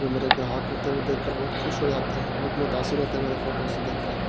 جو میرے گراہک ہوتے ہیں وہ دیکھ کر بہت خوش ہو جاتے ہیں بہت متاثر ہوتے ہیں میرے فوٹوز سے دیکھ کر